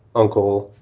uncle,